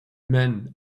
men